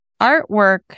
artwork